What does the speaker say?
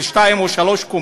של שתי קומות או שלוש,